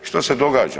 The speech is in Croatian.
Što se događa?